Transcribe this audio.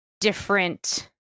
different